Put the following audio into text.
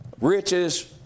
riches